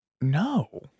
No